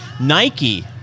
Nike